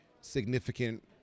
significant